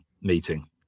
meeting